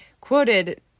quoted